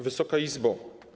Wysoka Izbo!